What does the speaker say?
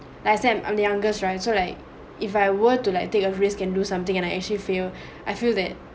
like I said I'm the youngest right so like if I were to like take a risk and do something and I actually failed I feel that